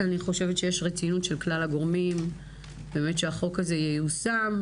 אני חושבת שיש רצינות של כל הגורמים שהחוק הזה ייושם,